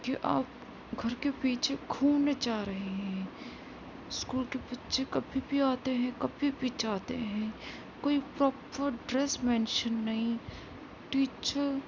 کہ آپ گھر کے پیچھے گھومنے جا رہے ہیں اسکول کے بچے کبھی بھی آتے کبھی جاتے ہیں کوئی پراپر ڈریس مینشن نہیں ٹیچر